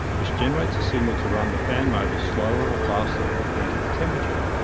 which generates a signal to run the fan motors slower or faster according to the temperature.